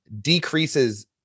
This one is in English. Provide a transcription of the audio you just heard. decreases